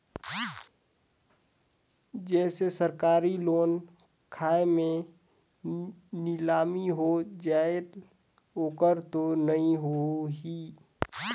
जैसे सरकारी लोन खाय मे नीलामी हो जायेल ओकर तो नइ होही?